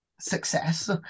success